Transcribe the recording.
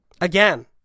Again